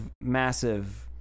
massive